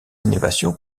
innovations